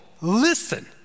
listen